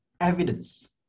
evidence